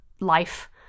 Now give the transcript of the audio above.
life